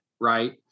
right